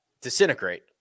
Disintegrate